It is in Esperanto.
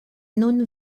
nun